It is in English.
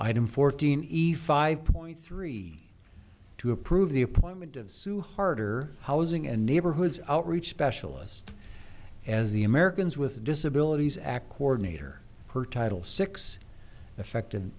item fourteen eve five point three to approve the appointment of sue harder housing and neighborhoods outreach specialist as the americans with disabilities act coordinator per title six affect